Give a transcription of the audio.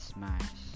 Smash